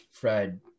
Fred